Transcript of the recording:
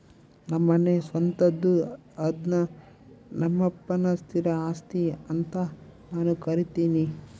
ನಮ್ಮನೆ ಸ್ವಂತದ್ದು ಅದ್ನ ನಮ್ಮಪ್ಪನ ಸ್ಥಿರ ಆಸ್ತಿ ಅಂತ ನಾನು ಕರಿತಿನಿ